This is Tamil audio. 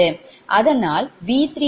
அதனால் V3f0